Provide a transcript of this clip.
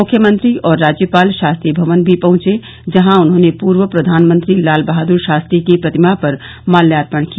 मुख्यमंत्री और राज्यपाल शास्त्री भवन भी पहुंचे जहां उन्होंने पूर्व प्रधानमंत्री लाल बहादुर शास्त्री की प्रतिमा पर माल्यार्पण किया